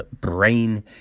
brain